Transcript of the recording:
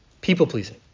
People-pleasing